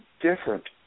different